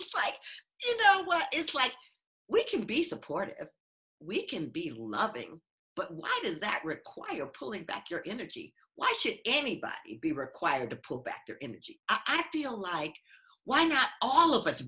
it like you know what it's like we can be supportive we can be loving but why does that require pulling back your energy why should anybody be required to pull back there in g i d l y why not all of us